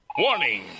Warning